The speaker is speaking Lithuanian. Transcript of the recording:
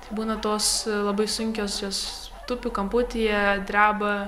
tai būna tos labai sunkios jos tupi kamputyje dreba